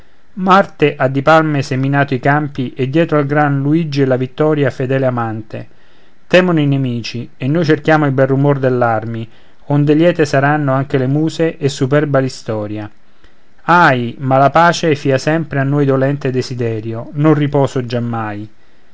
marte ha di palme seminato i campi e dietro al gran luigi è la vittoria fedele amante temono i nemici e noi cerchiamo il bel rumor dell'armi onde liete saranno anche le muse e superba l'istoria ahi ma la pace fia sempre a noi dolente desiderio non riposo giammai